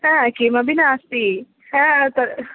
हा किमपि नास्ति हा तद्